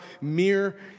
mere